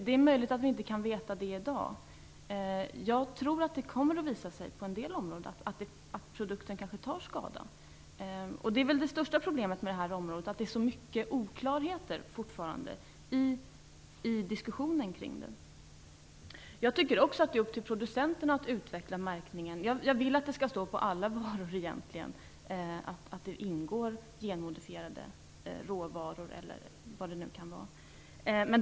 Det är möjligt att vi inte kan veta det i dag. Jag tror dock att det kommer att visa sig på en del områden att produkten kanske tar skada. Det är väl det största problemet med det här området: att det fortfarande är så mycket oklarheter i diskussionen kring det. Jag tycker också att det är upp till producenten att utveckla märkningen. Jag vill egentligen att det skall stå på alla varor om det ingår genmodifierade råvaror eller vad det nu kan vara.